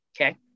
Okay